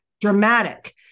dramatic